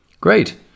Great